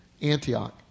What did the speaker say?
Antioch